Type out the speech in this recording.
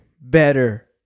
better